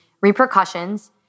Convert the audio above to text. repercussions